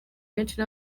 benshi